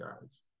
guys